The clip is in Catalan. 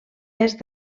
est